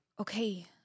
Okay